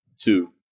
two